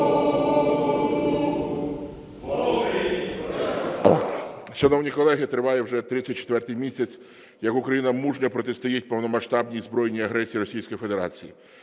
Шановні колеги, триває вже 34-й місяць, як Україна мужньо протистоїть повномасштабній збройній агресії Російської Федерації.